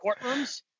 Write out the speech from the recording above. courtrooms